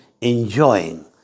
enjoying